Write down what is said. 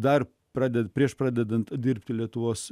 dar pradėti prieš pradedant dirbti lietuvos